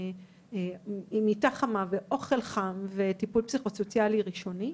מיטה חמה ואוכל חם וטיפול פסיכוסוציאלי ראשוני.